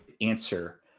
answer